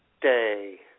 day